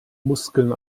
muskeln